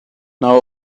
now